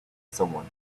someone